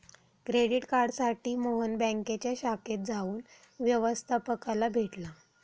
credit कार्डसाठी मोहन बँकेच्या शाखेत जाऊन व्यवस्थपकाला भेटला